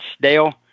Dale